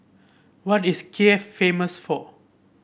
what is Kiev famous for